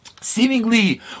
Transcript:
seemingly